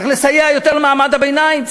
צריך לסייע יותר למעמד הביניים,